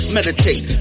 meditate